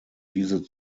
diese